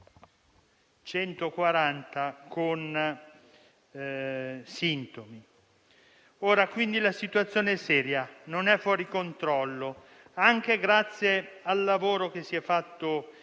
140 hanno sintomi. Quindi, la situazione è seria ma non è fuori controllo, anche grazie al lavoro fatto in